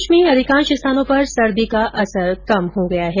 प्रदेश में अधिकांश स्थानों पर सर्दी का असर कम हो गया है